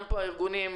גם הארגונים,